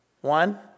One